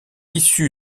issu